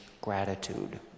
gratitude